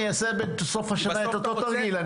אני אעשה בסוף השנה את אותו תרגיל,